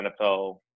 NFL